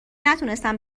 نتونستن